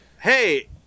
Hey